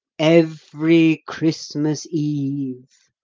every christmas eve,